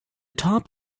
top